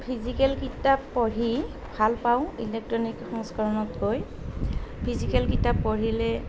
physical কিতাপ পঢ়ি ভাল পাওঁ ইলেক্ট্ৰনিক সংস্কৰণতকৈ ফিজিকেল কিতাপ পঢ়িলে